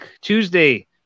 Tuesday